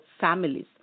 families